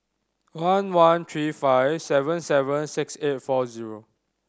one one three five seven seven six eight four zero